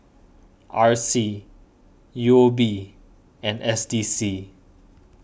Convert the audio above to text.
R C U O B and S D C